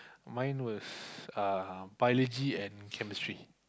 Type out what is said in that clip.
mine was uh biology and chemistry